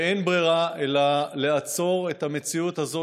ואין ברירה אלא לעצור את המציאות הזו